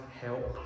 help